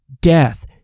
death